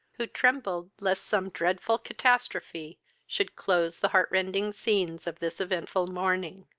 who trembled lest some dreadful catastrophe should close the heart-rending scenes of this eventful morning.